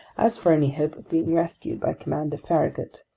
as for any hope of being rescued by commander farragut,